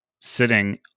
sitting